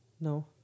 No